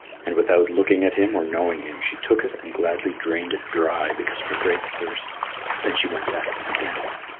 and without looking at him or knowing him she took it and gladly drained it dry because of her great thirst then she went back to the dance.